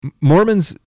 Mormons